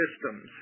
systems